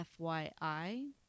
FYI